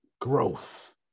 growth